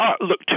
Look